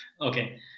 Okay